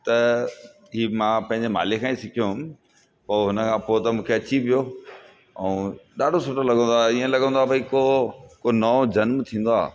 त हीउ मां पंहिंजे माले खां ई सिखियो हुउमि पोइ हुन खां पोइ त मूंखे अची वियो ऐं ॾाढो सुठो लॻंदो आहे ईअं लॻंदो आहे की को नओं जनमु थींदो आहे